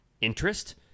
interest